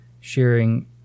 sharing